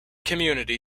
community